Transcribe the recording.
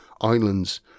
islands